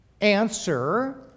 Answer